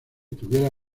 tuviera